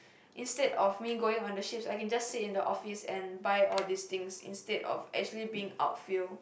instead of me going on the ship I can just sit in the office and buy all these things instead of actually being outfield